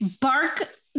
Bark